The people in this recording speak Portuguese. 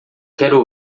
quero